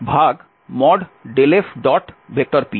∇fp হিসাবে লেখা যেতে পারে